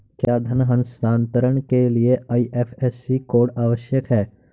क्या धन हस्तांतरण के लिए आई.एफ.एस.सी कोड आवश्यक है?